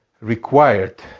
required